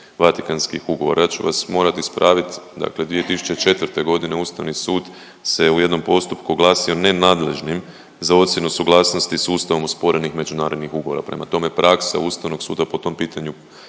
Vatikanskih ugovora. Ja ću vas morati ispraviti. Dakle, 2004. godine Ustavni sud se u jednom postupku oglasio nenadležnim za ocjenu suglasnosti sa Ustavom osporenih međunarodnih ugovora. Prema tome, praksa Ustavnog suda po tom pitanju